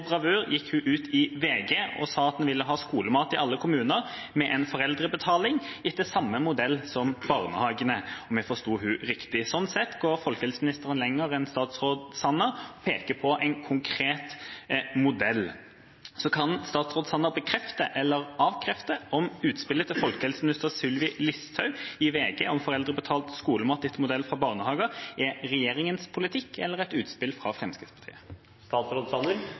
bravur gikk hun ut i VG og sa at hun ville ha skolemat i alle kommuner med en foreldrebetaling etter samme modell som barnehagene, om jeg forsto henne riktig. Sånn sett går folkehelseministeren lenger enn statsråd Sanner når hun peker på en konkret modell. Kan statsråd Sanner bekrefte, eller avkrefte, om utspillet til folkehelseminister Sylvi Listhaug i VG om foreldrebetalt skolemat etter modell fra barnehager er regjeringas politikk eller et utspill fra